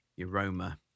aroma